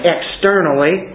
Externally